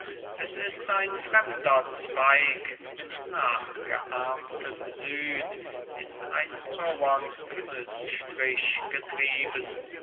es ist ein fremder zweig mit nachgeahmtem süd in einem rauhern himmelsstrich getrieben